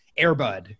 Airbud